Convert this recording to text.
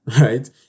Right